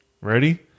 ready